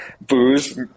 Booze